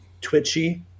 twitchy